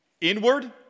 Inward